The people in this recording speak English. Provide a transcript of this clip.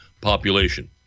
population